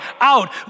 out